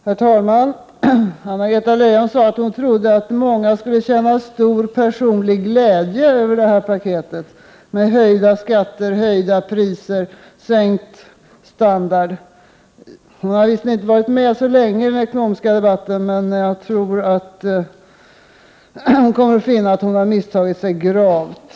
Herr talman! Anna-Greta Leijon sade att hon trodde att många skulle känna stor personlig glädje över det här paketet med höjda skatter, höjda priser och sänkt standard. Hon har inte varit med så länge i den ekonomiska debatten, och jag tror att hon kommer att finna att hon har misstagit sig grovt.